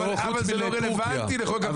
אבל זה לא רלוונטי לחוק הפיקדון.